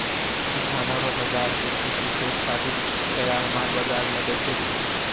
किसानो रो बाजार से कृषि से उत्पादित तैयार माल बाजार मे बेचै छै